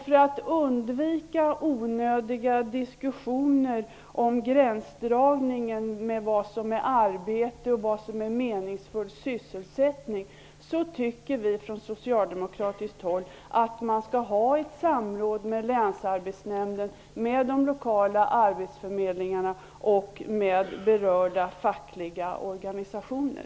För att undvika onödiga diskussioner om gränsdragningen mellan vad som är arbete och vad som är meningsfull sysselsättning tycker vi från socialdemokratiskt håll att man skall ha ett samråd med länsarbetsnämnden, med de lokala arbetsförmedlingarna och med berörda fackliga organisationer.